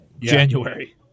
January